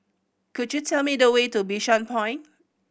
could you tell me the way to Bishan Point